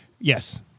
Yes